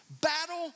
Battle